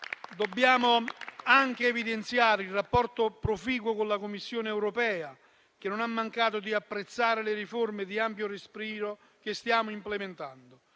Dobbiamo anche evidenziare il rapporto proficuo con la Commissione europea, che non ha mancato di apprezzare le riforme di ampio respiro che stiamo implementando: